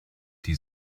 die